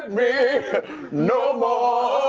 me no